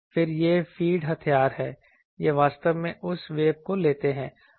फिर ये फ़ीड हथियार हैं वे वास्तव में उस वेव को लेते हैं